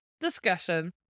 discussion